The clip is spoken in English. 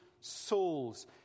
souls